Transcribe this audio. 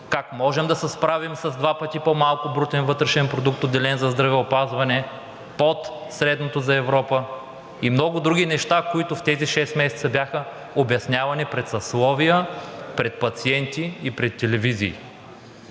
как можем да се справим с два пъти по-малък брутен вътрешен продукт, отделен за здравеопазване от средното за Европа, и много други неща, които в тези шест месеца бяха обяснявани пред съсловия, пред пациенти и пред телевизии.